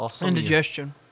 Indigestion